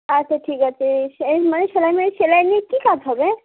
আচ্ছা ঠিক আছে সে মানে সেলাই মে সেলাই নিয়ে কী কাজ হবে